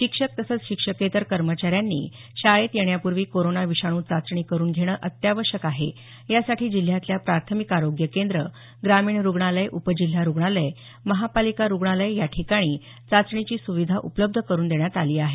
शिक्षक तसंच शिक्षकेत्तर कर्मचाऱ्यांनी शाळेत येण्यापूर्वी कोरोना विषाणू चाचणी करून घेणं अत्यावश्यक आहे यासाठी जिल्ह्यातल्या प्राथमिक आरोग्य केंद्र ग्रामीण रुग्णालय उपजिल्हा रुग्णालय महापालिका रुग्णालय याठिकाणी चाचणीची सुविधा उपलब्ध करून देण्यात आली आहे